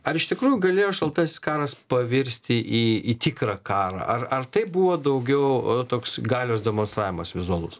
ar iš tikrųjų galėjo šaltasis karas pavirsti į į tikrą karą ar ar tai buvo daugiau toks galios demonstravimas vizualus